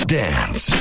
dance